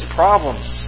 problems